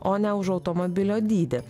o ne už automobilio dydį